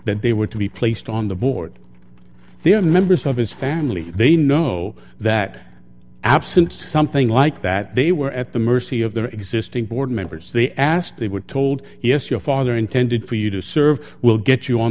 that they were to be placed on the board they are members of his family they know that absent something like that they were at the mercy of their existing board members they asked they were told yes your father intended for you to serve will get you on